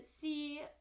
see